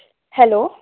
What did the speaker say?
hello